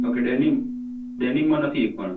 okay denim denim માં નથી એક પણ